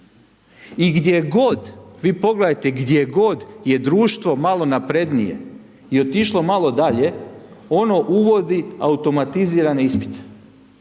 I gdje god, vi pogledajte, gdje god je društvo malo naprednije je otišlo malo dalje, ono uvodi automatizirane ispite.